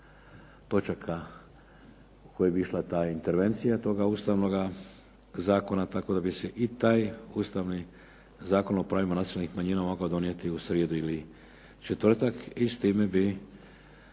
koje bi išla ta intervencija toga Ustavnoga zakona tako da bi se i taj Ustavni zakon o pravima nacionalnih manjina mogao donijeti u srijedu ili četvrtak